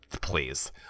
please